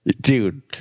Dude